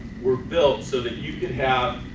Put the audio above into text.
were built so that you can have